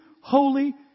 holy